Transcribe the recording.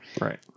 Right